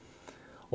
oh